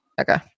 Okay